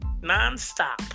Nonstop